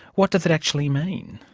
what does it actually mean?